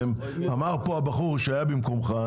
אמר פה הבחור שהיה במקומך,